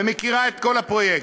ומכירה את כל הפרויקט,